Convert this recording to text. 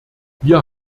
wir